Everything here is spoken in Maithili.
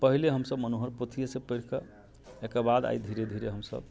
पहिले हमसब मोनहर पोथियेसँ पढ़िके एकर बाद आइ धीरे धीरे हमसब